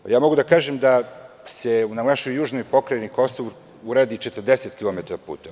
Ja mogu da kažem da se na našoj južnoj pokrajini Kosovo uradi 40 km puteva.